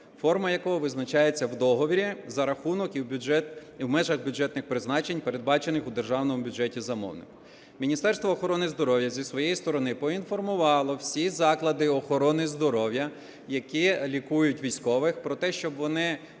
форма якого визначається в договорі за рахунок і в межах бюджетних призначень, передбачених у державному бюджеті замовнику. Міністерство охорони здоров'я, зі своєї сторони, поінформувало всі заклади охорони здоров'я, які лікують військових, про те, щоб вони